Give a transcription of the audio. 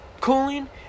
cooling